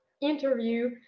interview